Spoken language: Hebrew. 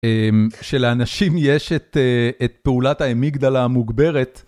שלאנשים יש את את פעולת ההמיגדלה המוגברת.